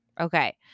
Okay